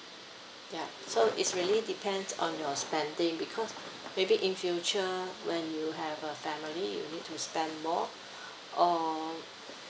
ya so it's really depends on your spending because maybe in future when you have a family you need to spend more or